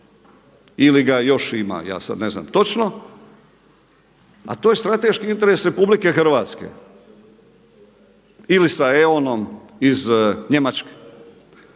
ili ga još ima, ja sad ne znam točno a to je strateški interes Republike Hrvatske ili sa Eonon iz Njemačke.